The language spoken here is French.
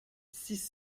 six